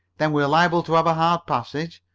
then we're liable to have a hard passage?